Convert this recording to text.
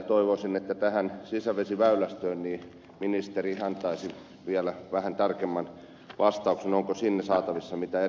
toivoisin että tähän sisävesiväylästöön ministeri antaisi vielä vähän tarkemman vastauksen onko sinne saatavissa mitään erityistä lisärahoitusta